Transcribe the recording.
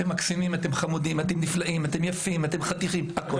אתם חמודים, מקסימים, נפלאים, יפים והכל.